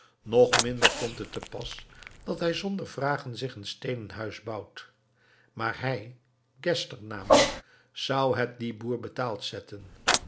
nog minder komt het te pas dat hij zonder vragen zich een steenen huis bouwt maar hij geszler namelijk zou het dien boer betaald zetten